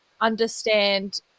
understand